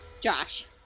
Josh